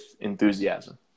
enthusiasm